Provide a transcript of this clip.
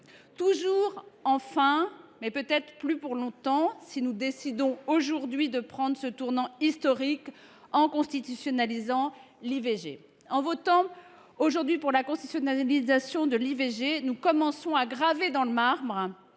Toujours d’actualité, mais peut être plus pour longtemps, si nous décidons aujourd’hui de prendre ce tournant historique en constitutionnalisant l’IVG. En votant aujourd’hui en ce sens, nous commençons à graver dans le marbre